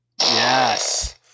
Yes